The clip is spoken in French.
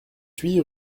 huit